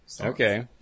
Okay